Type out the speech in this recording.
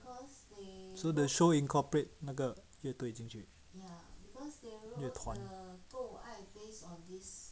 so the show incorporate 那个乐队进去乐团